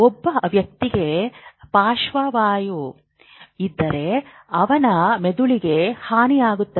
ಒಬ್ಬ ವ್ಯಕ್ತಿಗೆ ಪಾರ್ಶ್ವವಾಯು ಇದ್ದರೆ ಅವನ ಮೆದುಳಿಗೆ ಹಾನಿಯಾಗುತ್ತದೆ